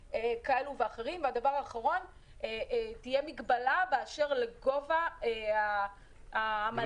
ושניים, שתהיה מגבלה באשר לגובה העמלה,